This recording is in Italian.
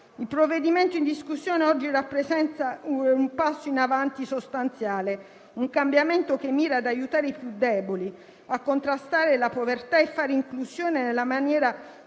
Il provvedimento in discussione oggi rappresenta un passo in avanti sostanziale, un cambiamento che mira ad aiutare i più deboli, a contrastare la povertà e a fare inclusione nella maniera